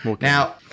Now